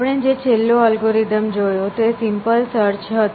આપણે જે છેલ્લો અલ્ગોરિધમ જોયો તે સિમ્પલ સર્ચ હતો